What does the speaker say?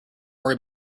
worry